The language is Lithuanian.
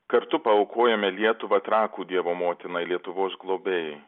kartu paaukojome lietuvą trakų dievo motinai lietuvos globėjai